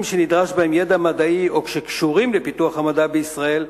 שנדרש בהם ידע מדעי או שקשורים לפיתוח המדע או